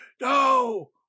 no